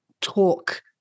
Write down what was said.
talk